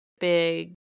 big